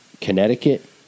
Connecticut